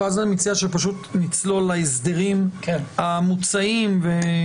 ואז אני מציע שנצלול להסדרים המוצעים.